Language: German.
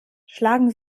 schlagen